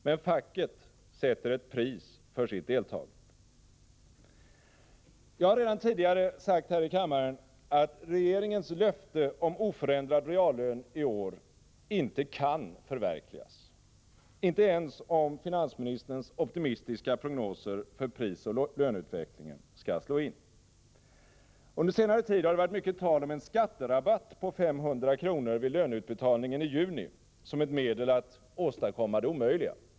Men facket sätter ett pris för sitt deltagande. Jag har redan tidigare sagt här i kammaren att regeringens löfte om oförändrad reallön i år inte kan förverkligas — inte ens om finansministerns optimistiska prognoser för prisoch löneutvecklingen skulle slå in. Under senare tid har det varit mycket tal om en skatterabatt på 500 kr. vid löneutbetalningen i juni som ett medel att åstadkomma det omöjliga.